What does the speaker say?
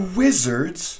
wizards